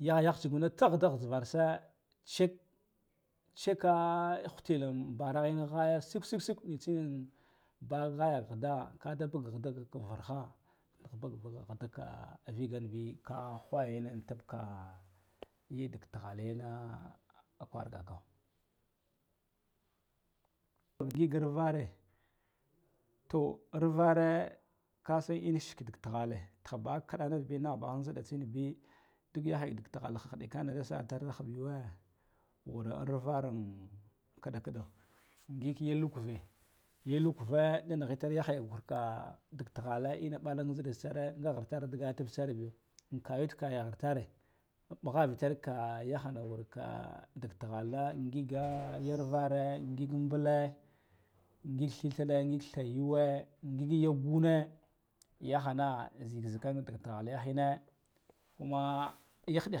Yahyah tsugune tsa ghida ghighvarse tsek-tseka hutilen bara ghin ghaya suk suk nitsi n nin ba ghayak ghida kada bug ghida ghirha tihda ghida ka viganbi ka whayan anti bka ye dik taghal yena a kwargako, ngig arvere ro arvere kasan shik ka dik tighale tihabaha kidanufbi nahbaha jhidatsinbi ɗuk yahaya dak tighal hiɗ hiɗikana da sa itar da huɓ yawa wura ar varan kiɗa kiɗau gig ya lakave ya lukuve da nigha itar yaha wurka dik tighale ina ɓalaghida sare, nga ghirtaran diga tab tsitarbiyo nkayud kaya ghirtare mbughaf itar ka gahaɗa wurka dik tighale ngiga ya arvare ya mbule ig thithiɗe ngig thaguwe ngig ya gune ya hana zikzikan dik tighal yahine, kuma ya hiɗik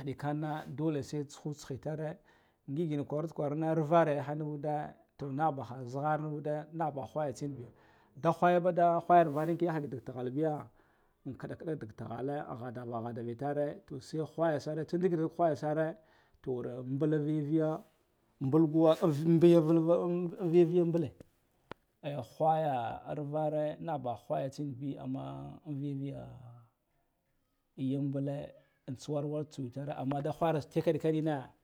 hidikana dole se tsuho tsiha it are ngig ina kwarud kwara arvere nuvu da, to nahbaha zighar nuud nahbaha what yatsinbiyo da whaba whagar varinki dak tighal biya an kiɗ kida dig tighale a ghada va ghadava tare, to sai whaya sare tsa ndikira whaya sare to wuaran mbulan viya viya mbul guwa av biya vilv an inyaviya mbule eh uhaya arvare nahba whaya tsubi kuma nan viya ah ye mbule an tsuwa tsuwa tare amma da ghara tekel keɗina.